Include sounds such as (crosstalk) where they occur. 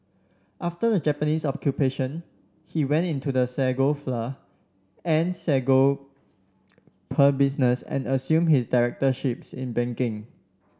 after the Japanese Occupation he went into the sago flour and sago (noise) pearl business and assumed his directorships in banking